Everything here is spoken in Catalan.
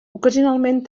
ocasionalment